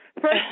First